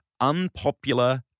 Unpopular